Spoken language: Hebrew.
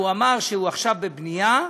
והוא אמר שהוא עכשיו בבנייה,